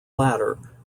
latter